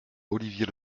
olivier